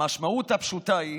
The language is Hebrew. המשמעות הפשוטה היא